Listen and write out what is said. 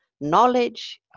knowledge